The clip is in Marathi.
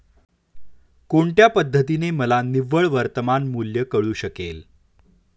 कोणत्या पद्धतीने मला निव्वळ वर्तमान मूल्य कळू शकेल?